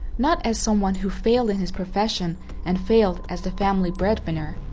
not as someone who failed in his profession and failed as the family bread winner.